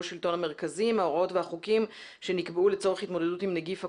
השלטון המרכזי מההוראות והחוקים שנקבעו לצורך התמודדות עם נגיף הקורונה,